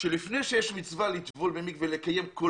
שלפני שיש מצווה לטבול במקווה ולקיים כל